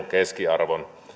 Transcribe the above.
keskiarvon